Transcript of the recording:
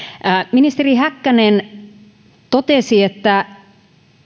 ministeri häkkänen totesi että